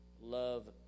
love